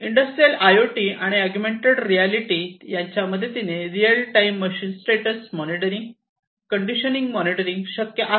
industrial I O T आणि augmented reality त्याच्या मदतीने real time machine status monitoring condition monitoring शक्य आहे